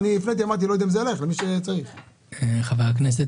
חבר הכנסת,